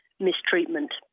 mistreatment